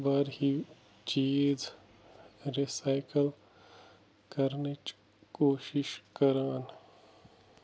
اخبار ہِیو چیٖز رِسایکَل کرنٕچ کوٗشِش کران